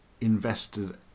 invested